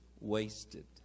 wasted